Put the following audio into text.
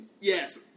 Yes